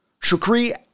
Shukri